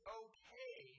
okay